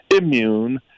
Immune